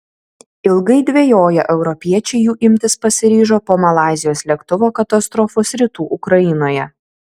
ilgai dvejoję europiečiai jų imtis pasiryžo po malaizijos lėktuvo katastrofos rytų ukrainoje